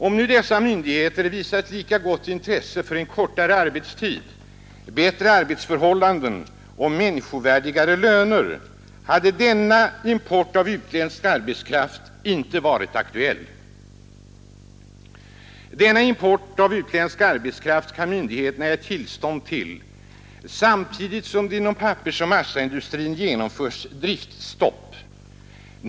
Om dessa myndigheter visat lika gott intresse för en kortare arbetstid, bättre arbetsförhållanden och människovärdigare löner hade någon import av utländsk arbetskraft inte varit aktuell. Denna import av utländsk arbetskraft kan myndigheterna ge tillstånd till samtidigt som det inom pappersoch massaindustrin genomförs driftstopp.